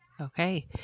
Okay